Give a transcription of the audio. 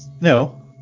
No